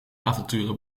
avonturen